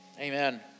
Amen